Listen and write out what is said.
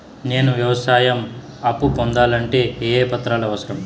నేను వ్యవసాయం అప్పు పొందాలంటే ఏ ఏ పత్రాలు అవసరం?